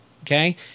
Okay